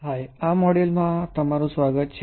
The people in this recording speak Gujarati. હાય આ મોડ્યુલ માં તમારું સ્વાગત છે